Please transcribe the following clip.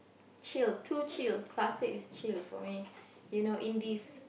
chill too chill classic is chill for me you know Indies